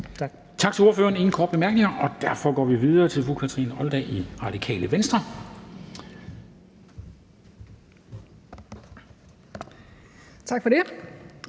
Tak for det.